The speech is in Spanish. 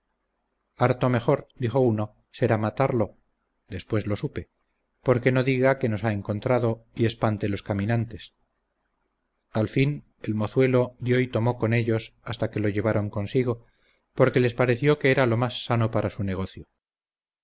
harto mejor dijo uno será matarlo después lo supe porque no diga que nos ha encontrado y espante los caminantes al fin el mozuelo dió y tomó con ellos hasta que lo llevaron consigo porque les pareció que era lo más sano para su negocio